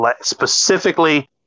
Specifically